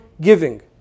giving